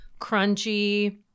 crunchy